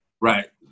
Right